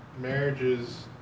marriages